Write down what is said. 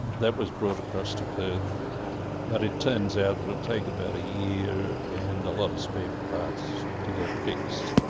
that was brought across to perth but it turns out it would take about a year and lot of spare parts to get it fixed.